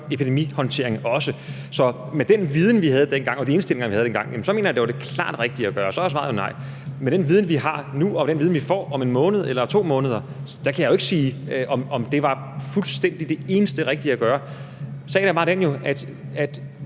en epidemihåndtering også. Med den viden, vi havde dengang, og de indstillinger, vi havde dengang, mener jeg, at det var klart det rigtige at gøre, og så er svaret jo nej. Med den viden, vi har nu, og med den viden, vi vil have om en måned eller om 2 måneder, kan jeg jo ikke sige, at det var fuldstændig det eneste rigtige at gøre. Sagen er bare, om